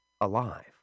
alive